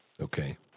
Okay